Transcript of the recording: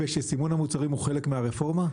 ושסימון המוצרים הוא חלק מהרפורמה?